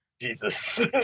Jesus